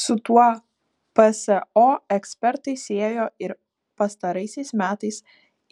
su tuo pso ekspertai siejo ir pastaraisiais metais